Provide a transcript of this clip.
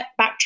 backtrack